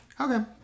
okay